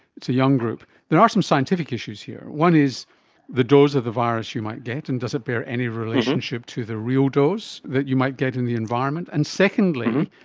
it's a young group. there are some scientific issues here. one is the dose of the virus you might get and does it bear any relationship to the real dose that you might get in the environment? and secondly,